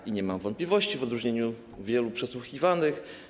I nie mam wątpliwości w odróżnieniu od wielu przesłuchiwanych.